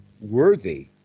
worthy